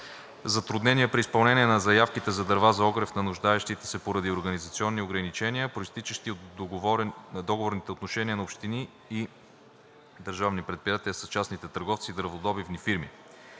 затруднения при изпълнение на заявките за дърва за огрев на нуждаещите се поради организационни ограничения, произтичащи от договорните отношения на общини и държавни предприятия с частните търговци и дърводобивни фирми;